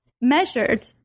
measured